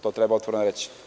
To treba otvoreno reći.